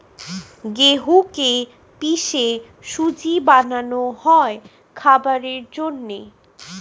গেহুকে পিষে সুজি বানানো হয় খাবারের জন্যে